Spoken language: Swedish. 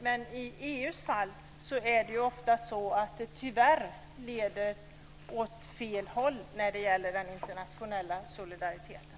Men i EU:s fall är det ju ofta så att det tyvärr leder åt fel håll när det gäller den internationella solidariteten.